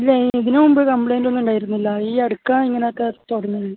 ഇല്ല ഇതിന് മുമ്പ് കംപ്ലൈന്റ്റ് ഒന്നും ഉണ്ടായിരുന്നില്ല ഈ അടുത്താണ് ഇങ്ങനെയൊക്കെ തുടങ്ങുന്നത്